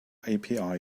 api